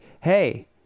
hey